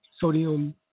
sodium